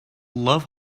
love